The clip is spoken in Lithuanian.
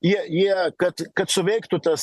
jie jie kad kad suveiktų tas aš